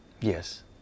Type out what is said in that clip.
yes